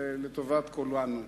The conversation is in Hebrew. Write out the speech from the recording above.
לטובת כולנו.